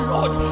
Lord